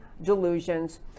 delusions